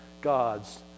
gods